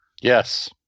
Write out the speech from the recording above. Yes